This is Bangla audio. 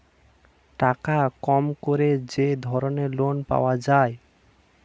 টাকা কম করে যে ধরনের লোন পাওয়া যায়